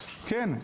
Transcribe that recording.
כן,